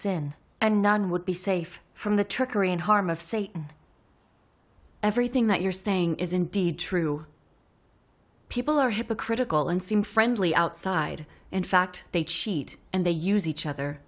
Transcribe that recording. sin and none would be safe from the trickery and harm of satan everything that you're saying is indeed true people are hypocritical and seem friendly outside in fact they cheat and they use each other